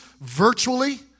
virtually